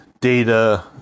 data